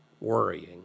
worrying